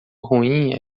ruim